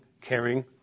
caring